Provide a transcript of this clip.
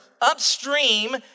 upstream